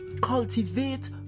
cultivate